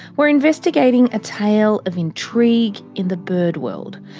we're investigating a tale of intrigue in the bird world,